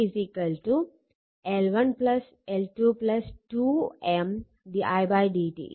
ഇതാണ് time domain circuit